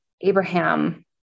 Abraham